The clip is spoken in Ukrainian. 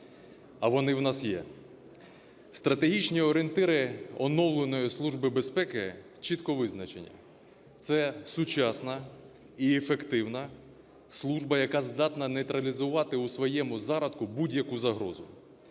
а вони в нас є. Стратегічні орієнтири оновленої Служби безпеки чітко визначені – це сучасна і ефективна служба, яка здатна нейтралізувати у своєму зародку будь-яку загрозу.